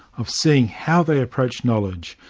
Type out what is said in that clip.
of seeing how they approach knowledge,